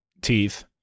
teeth